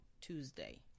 Tuesday